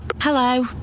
Hello